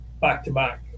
back-to-back